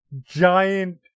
giant